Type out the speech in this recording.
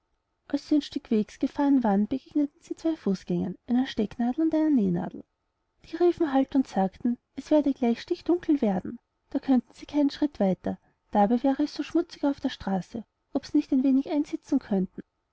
als sie ein stück wegs gefahren waren begegneten sie zwei fußgängern einer stecknadel und einer nähnadel die riefen halt und sagten es werde gleich stichdunkel werden da könnten sie keinen schritt weiter dabei wär es so schmutzig auf der straße ob sie nicht ein wenig einsitzen könnten